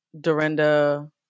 Dorinda